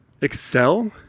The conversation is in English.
excel